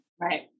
Right